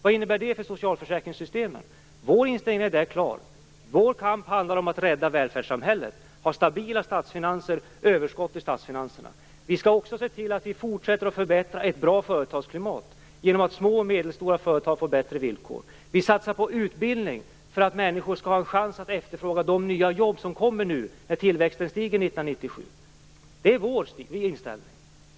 Vad innebär det för socialförsäkringssystemen? Vår inställning är klar. Vår kamp handlar om att rädda välfärdssamhället, ha stabila statsfinanser, överskott i statsfinanserna. Vi skall också se till att vi fortsätter att förbättra ett bra företagsklimat genom att ge små och medelstora företag bättre villkor. Vi satsar på utbildning för att människor skall ha en chans att efterfråga de nya jobb som kommer när tillväxten stiger 1997. Det är vår inställning.